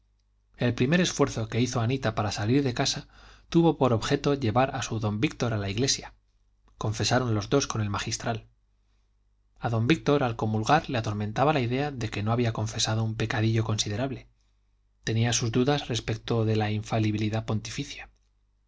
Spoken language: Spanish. el primer esfuerzo que hizo anita para salir de casa tuvo por objeto llevar a su don víctor a la iglesia confesaron los dos con el magistral a don víctor al comulgar le atormentaba la idea de que no había confesado un pecadillo considerable tenía sus dudas respecto de la infalibilidad pontificia